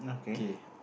okay